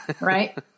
right